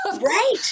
Right